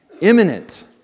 imminent